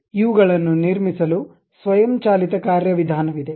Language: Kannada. ಇವುಗಳನ್ನು ನಿರ್ಮಿಸಲು ಸ್ವಯಂಚಾಲಿತ ಕಾರ್ಯವಿಧಾನವಿದೆ